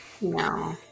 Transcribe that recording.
No